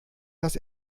das